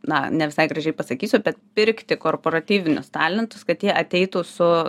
na ne visai gražiai pasakysiu bet pirkti korporatyvinius talentus kad jie ateitų su